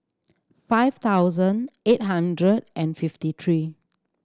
five thousand eight hundred and fifty three